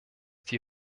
die